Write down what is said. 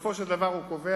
שבסופו של דבר הוא קובע,